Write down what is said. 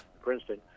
Princeton